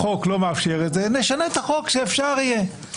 החוק לא מאפשר את זה נשנה את החוק שאפשר יהיה.